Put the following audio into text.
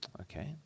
Okay